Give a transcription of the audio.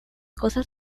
cosas